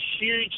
huge